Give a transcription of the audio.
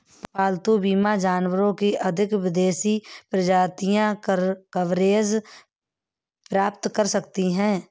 पालतू बीमा जानवरों की अधिक विदेशी प्रजातियां कवरेज प्राप्त कर सकती हैं